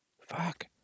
Fuck